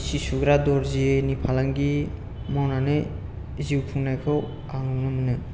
सि सुग्रा दरजिनि फालांगि मावनानै जिउ खुंनायखौ आं नुनो मोनो